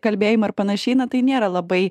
kalbėjimą ar panašiai na tai nėra labai